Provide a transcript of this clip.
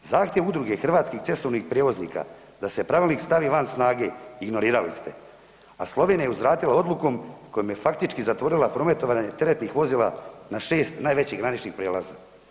Zahtjev Udruge hrvatskih cestovnih prijevoznika da se pravilnik stavi van snage ignorirali ste, a Slovenija je uzvratila odlukom kojom je faktički zatvorila prometovanje teretnih vozila na 6 najvećih graničnih prijelaza.